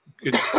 good